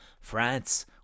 France